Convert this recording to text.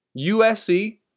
USC